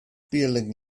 feeling